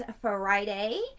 Friday